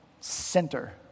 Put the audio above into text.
center